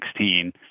2016